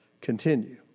continue